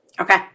Okay